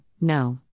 no